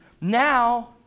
Now